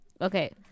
Okay